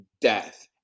death